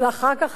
ואחר כך,